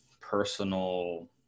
personal